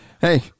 hey